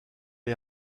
est